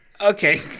Okay